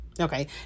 okay